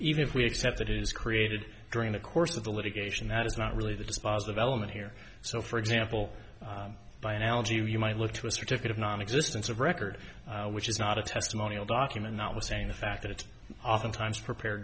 even if we accept that is created during the course of the litigation that is not really the dispositive element here so for example by analogy you might look to a certificate of nonexistence of record which is not a testimonial document not withstanding the fact that it's oftentimes prepared